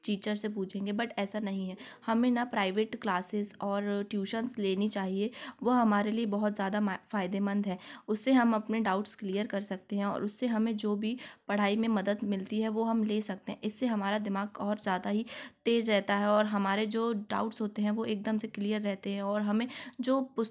teacher से पूछेंगे but ऐसा नहीं है हमें न प्राइवेट क्लासेज़ और ट्यूशन्स लेनी चाहिए वह हमारे लिए बहुत ज्यादा फ़ायदेमंद है उससे हम अपने डाउट्स क्लीयर कर सकते हैं और उससे हमें जो भी पढ़ाई में मदद मिलती है वो हम ले सकते हैं इससे हमारा दिमाग और जादा ही तेज रहता है और हमारे जो डाउट्स होते हैं वो एकदम से क्लीयर रहते हैं और हमें जो पुस्त